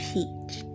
Peach